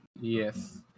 Yes